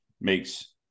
makes